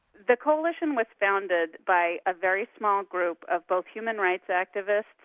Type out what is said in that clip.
the coalition was founded by a very small group of both human rights activists,